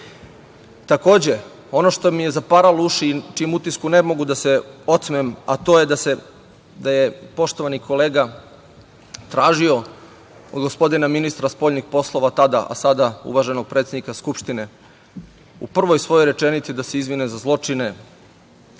ono što mi je zaparalo uši i čijem utisku ne mogu da se otmem, a to je da je poštovani kolega tražio od gospodina ministra spoljnih poslova tada, a sada uvaženog predsednika Skupštine, u prvoj svojoj rečenici da se izvine za zločine